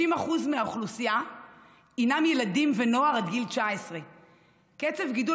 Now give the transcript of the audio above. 60% מהאוכלוסייה הינם ילדים ונוער עד גיל 19. קצב גידול